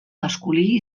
masculí